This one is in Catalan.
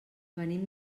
venim